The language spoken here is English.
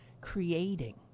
creating